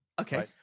okay